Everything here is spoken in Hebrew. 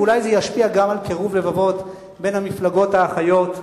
ואולי זה ישפיע גם על קירוב בין המפלגות האחיות,